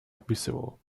описывал